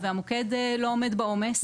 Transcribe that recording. והמוקד לא עומד בעומס,